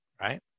right